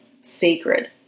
sacred